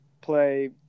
play